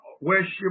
worship